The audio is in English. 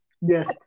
Yes